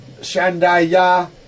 Shandaya